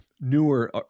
newer